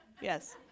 yes